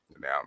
now